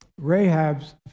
Rahab's